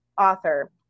author